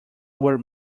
were